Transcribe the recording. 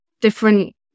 Different